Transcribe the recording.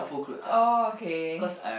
okay